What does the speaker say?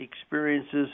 experiences